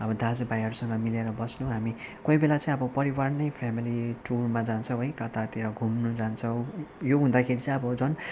अब दाजु भाइहरूसँग मिलेर बस्नु हामी कोही बेला चाहिँ अब परिवार नै फेमिली टुरमा जान्छौँ है कतातिर घुम्नु जान्छौँ यो हुँदाखेरि चाहिँ अब झन्